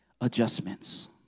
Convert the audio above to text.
adjustments